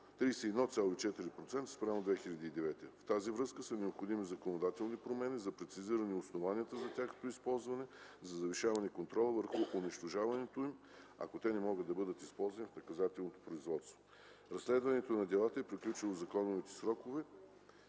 31,4% спрямо 2009 г. В тази връзка са необходими законодателни промени за прецизиране основанията за тяхното използване, за завишаване контрола върху унищожаването им, ако те не могат да бъдат използвани в наказателното производство. Разследването на делата е приключило в законовите срокове